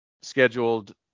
scheduled